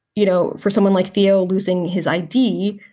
you know, for someone like theo losing his i d,